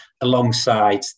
alongside